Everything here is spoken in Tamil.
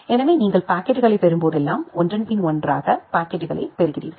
எனவே நீங்கள் பாக்கெட்டுகளைப் பெறும்போதெல்லாம் ஒன்றன்பின் ஒன்றாக பாக்கெட்டுகளைப் பெறுகிறீர்கள்